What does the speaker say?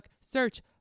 Search